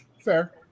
Fair